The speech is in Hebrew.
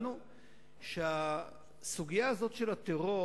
אני חושב שהתשובה על כך די ברורה.